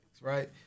right